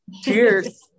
Cheers